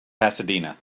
pasadena